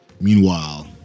Meanwhile